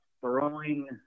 throwing